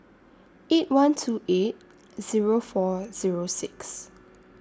eight one two eight Zero four Zero six